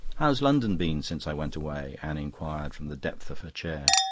how's london been since i went away? anne inquired from the depth of her chair.